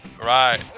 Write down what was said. Right